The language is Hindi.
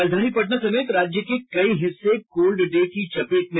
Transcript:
राजधानी पटना समेत राज्य के कई हिस्से कोल्ड डे की चपेट में